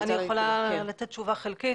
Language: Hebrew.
אני יכולה לתת תשובה חלקית.